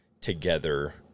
together